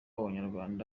abanyarwanda